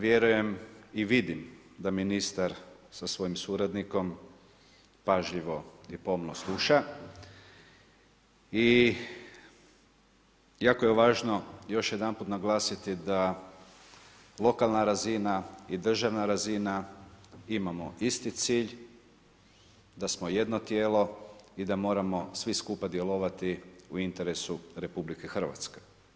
Vjerujem i vidim da ministar sa svojim suradnikom pažljivo i pomno sluša i jako je važno još jedanput naglasiti da lokalna razina i državna razina imamo isti cilj, da smo jedno tijelo i da moramo svi skupa djelovati u interesu Republike Hrvatske.